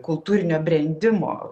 kultūrinio brendimo